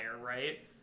right